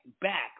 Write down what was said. back